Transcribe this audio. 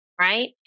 right